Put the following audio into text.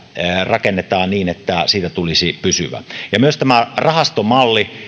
rakennetaan niin että siitä tulisi pysyvä myös tätä rahastomallia